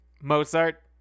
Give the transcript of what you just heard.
Mozart